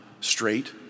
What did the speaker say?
straight